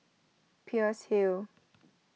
Peirce Hill